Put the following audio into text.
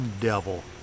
devil